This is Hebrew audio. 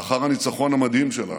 לאחר הניצחון המדהים שלנו,